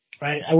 Right